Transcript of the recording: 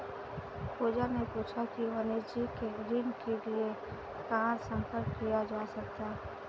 पूजा ने पूछा कि वाणिज्यिक ऋण के लिए कहाँ संपर्क किया जा सकता है?